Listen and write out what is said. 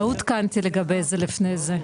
לא עודכנתי לגבי זה לפני זה.